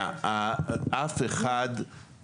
אני לא מצליחה להבין.